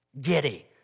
Giddy